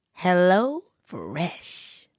HelloFresh